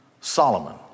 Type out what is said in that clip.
Solomon